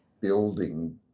building